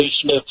Smith